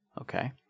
Okay